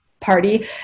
party